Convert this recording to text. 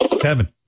Kevin